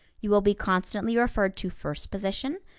you will be constantly referred to first position,